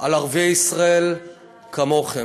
על ערביי ישראל כמוכם.